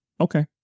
Okay